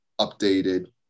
updated